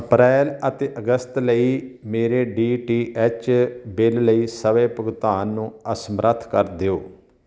ਅਪ੍ਰੈਲ ਅਤੇ ਅਗਸਤ ਲਈ ਮੇਰੇ ਡੀ ਟੀ ਐੱਚ ਬਿੱਲ ਲਈ ਸਵੈ ਭੁਗਤਾਨ ਨੂੰ ਅਸਮਰੱਥ ਕਰ ਦਿਓ